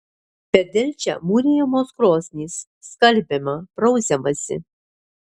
per delčią mūrijamos krosnys skalbiama prausiamasi